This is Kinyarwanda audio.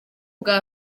bwa